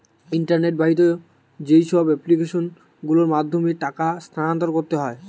internet বাহিত যেইসব application গুলোর মাধ্যমে টাকা স্থানান্তর করতে হয়